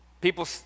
People